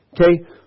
Okay